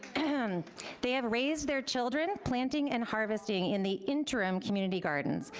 and they have raised their children, planting and harvesting in the interim community gardens.